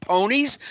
Ponies